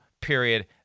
period